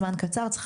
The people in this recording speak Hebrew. זמן קצר וצריך